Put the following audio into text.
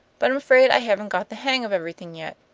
but i'm afraid i haven't got the hang of everything yet.